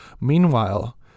Meanwhile